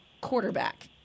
quarterback